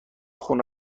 خونه